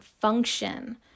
function